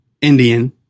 Indian